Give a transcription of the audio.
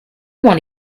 want